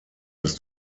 ist